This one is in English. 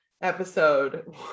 episode